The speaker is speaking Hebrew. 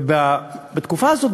ובתקופה הזאת,